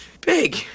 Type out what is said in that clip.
big